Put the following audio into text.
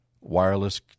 wireless